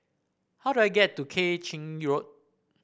how do I get to Keng Chin Road